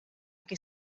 que